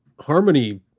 harmony